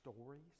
stories